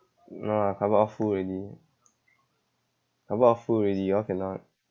no lah cupboard full already cupboard all full already you all cannot